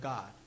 God